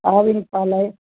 Aavin பால்